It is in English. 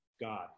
God